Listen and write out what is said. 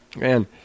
Man